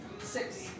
six